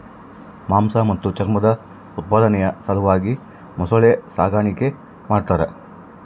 ಮಾಂಸ ಮತ್ತು ಚರ್ಮದ ಉತ್ಪಾದನೆಯ ಸಲುವಾಗಿ ಮೊಸಳೆ ಸಾಗಾಣಿಕೆ ಮಾಡ್ತಾರ